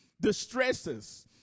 Distresses